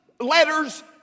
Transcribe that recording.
Letters